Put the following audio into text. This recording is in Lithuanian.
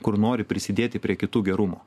kur nori prisidėti prie kitų gerumo